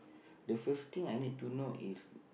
the first thing I need to know is